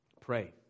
pray